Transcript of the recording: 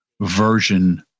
version